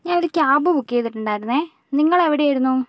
ഞാൻ ഒരു cab book ചെയ്തിട്ടുണ്ടായിരുന്നത് നിങ്ങൾ എവിടെയായിരുന്നു